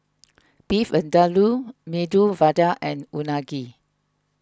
Beef Vindaloo Medu Vada and Unagi